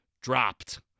dropped